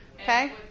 Okay